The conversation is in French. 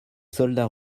soldats